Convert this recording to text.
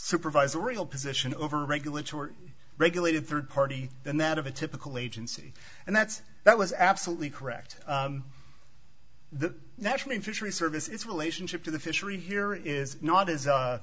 supervisory position over regulatory regulated third party than that of a typical agency and that's that was absolutely correct the national fisheries service its relationship to the fishery here is not as